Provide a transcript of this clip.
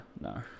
no